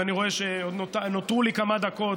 ואני רואה שעוד נותרו לי כמה דקות